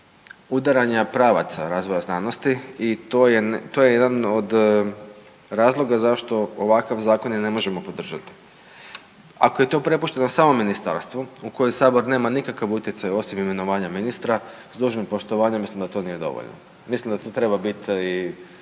udaranja pravaca razvoja znanosti i to je jedan od razloga zašto ovakav zakon ne možemo podržati. Ako je to prepušteno samom ministarstvu u koje sabor nema nikakav utjecaj osim imenovanja ministra s dužnim poštovanjem mislim da to nije dovoljno, mislim da tu treba biti i